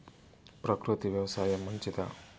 ప్రకృతి వ్యవసాయం మంచిదా?